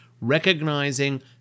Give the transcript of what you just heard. recognizing